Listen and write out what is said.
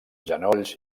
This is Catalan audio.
genolls